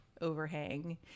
overhang